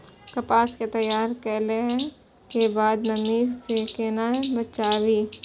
कपास के तैयार कैला कै बाद नमी से केना बचाबी?